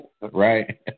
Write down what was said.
Right